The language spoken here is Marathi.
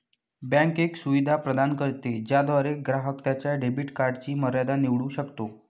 बँक एक सुविधा प्रदान करते ज्याद्वारे ग्राहक त्याच्या डेबिट कार्डची मर्यादा निवडू शकतो